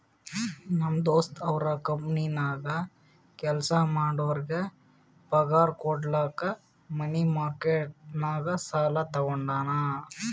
ನಮ್ ದೋಸ್ತ ಅವ್ರ ಕಂಪನಿನಾಗ್ ಕೆಲ್ಸಾ ಮಾಡೋರಿಗ್ ಪಗಾರ್ ಕುಡ್ಲಕ್ ಮನಿ ಮಾರ್ಕೆಟ್ ನಾಗ್ ಸಾಲಾ ತಗೊಂಡಾನ್